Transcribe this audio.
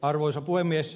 arvoisa puhemies